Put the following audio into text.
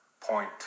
point